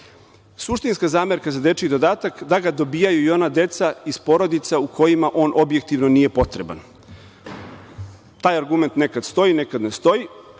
Suštinska zamerka za dečiji dodatak, da ga dobijaju i ona deca iz porodica u kojima on objektivno nije potreban. Taj argument nekad stoji, nekad ne stoji,